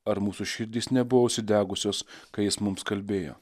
ar mūsų širdys nebuvo užsidegusios kai jis mums kalbėjo